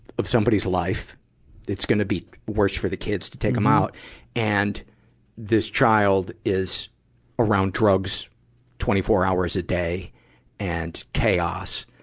of somebody's life it's gonna be worse for the kids to take em out and this child is around drugs twenty four hours a day and chaos.